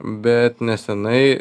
bet nesenai